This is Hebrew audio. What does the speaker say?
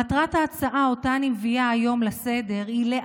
מטרת ההצעה שאני מביאה היום לסדר-היום